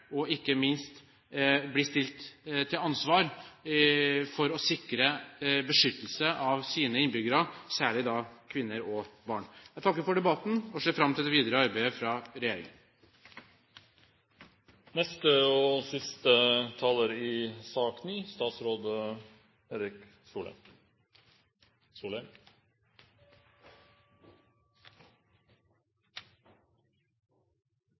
og ikke minst blir stilt til ansvar for å sikre beskyttelse av egne innbyggere, særlig da kvinner og barn. Jeg takker for debatten og ser fram til det videre arbeidet til regjeringen. Takk for en god debatt, en viktig interpellasjon og